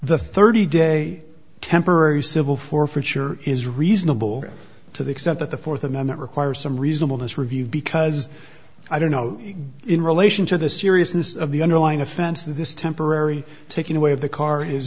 the thirty day temporary civil forfeiture is reasonable to the extent that the fourth amendment requires some reasonable this review because i don't know in relation to the seriousness of the underlying offense this temporary taking away of the car is